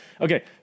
Okay